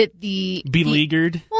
Beleaguered